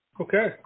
Okay